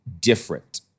different